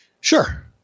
Sure